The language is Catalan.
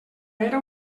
era